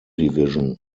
division